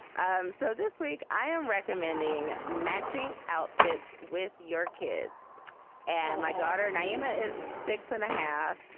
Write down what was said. um so this week i am recommending matching outfits with your kid and my daughter naima is six and a half.